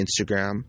Instagram